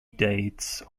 dates